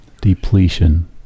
depletion